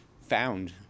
found